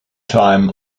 time